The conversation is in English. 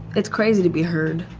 it's crazy to be heard.